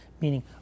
meaning